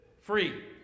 free